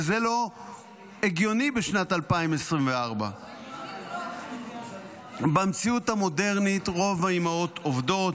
וזה לא הגיוני בשנת 2024. במציאות המודרנית רוב האימהות עובדות.